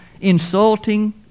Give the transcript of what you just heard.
insulting